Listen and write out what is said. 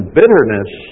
bitterness